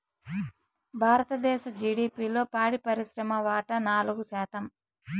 భారతదేశ జిడిపిలో పాడి పరిశ్రమ వాటా నాలుగు శాతం